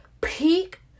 peak